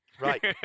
Right